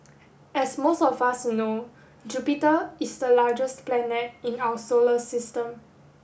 as most of us know Jupiter is the largest planet in our solar system